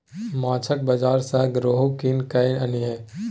माछक बाजार सँ रोहू कीन कय आनिहे